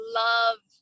love